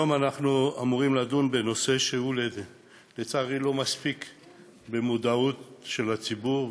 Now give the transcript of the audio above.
היום אנחנו אמורים לדון בנושא שהוא לצערי לא מספיק במודעות של הציבור,